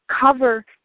cover